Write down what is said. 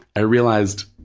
i realized,